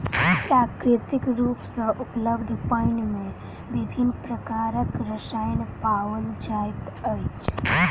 प्राकृतिक रूप सॅ उपलब्ध पानि मे विभिन्न प्रकारक रसायन पाओल जाइत अछि